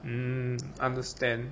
mm understand